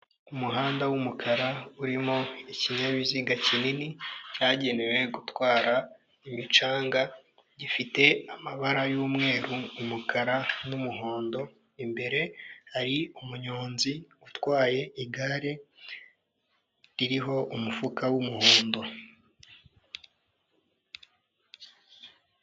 Umuhanda w'umukara urimo ikinyabiziga kinini cyagenewe gutwara imicanga gifite amabara y'umweru, umukara n'umuhondo, imbere hari umunyonzi utwaye igare ririho umufuka w'umuhondo.